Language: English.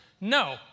No